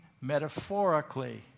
metaphorically